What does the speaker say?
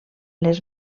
les